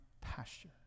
pasture